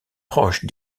proche